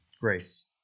grace